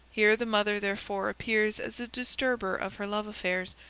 here the mother, therefore, appears as a disturber of her love affairs,